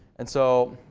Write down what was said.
and so,